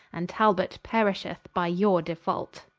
and talbot perisheth by your default